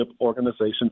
organization